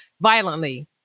violently